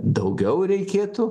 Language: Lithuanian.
daugiau reikėtų